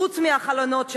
חוץ מהחלונות שנשברו,